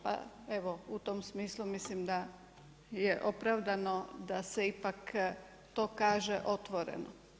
Pa, evo, u tom smislu, mislim da je opravdano, da se ipak to kaže otvoreno.